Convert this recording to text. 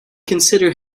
consider